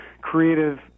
creative